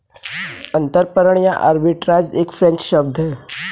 अंतरपणन या आर्बिट्राज एक फ्रेंच शब्द है